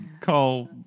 call